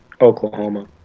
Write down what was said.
Oklahoma